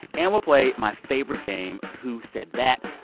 and we'll play my favorite game, who said that.